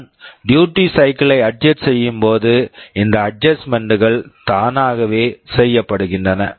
நான் duty cycle duty cycle யை adjust adjust செய்யும்போது இந்த அட்ஜஸ்ட்மென்ட்ஸ் adjustments கள் தானாகவே செய்யப்படுகின்றன